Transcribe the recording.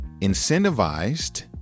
incentivized